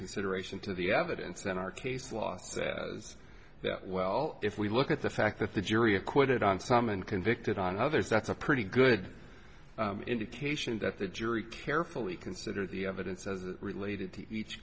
consideration to the evidence then our case law says that well if we look at the fact that the jury acquitted on some and convicted on others that's a pretty good indication that the jury carefully considered the evidence as it related to each